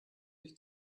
sich